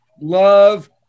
love